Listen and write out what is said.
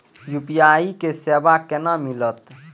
UPI के सेवा केना मिलत?